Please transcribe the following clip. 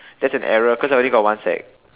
that's an error cause there only got one sack